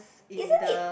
isn't it